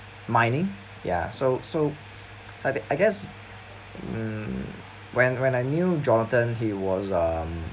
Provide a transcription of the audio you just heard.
mining ya so so I gu~ I guess mm when when I knew jonathan he was um